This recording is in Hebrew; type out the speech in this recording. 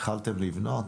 התחלתם לבנות?